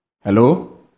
Hello